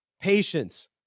patience